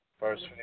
First